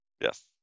Yes